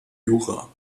jura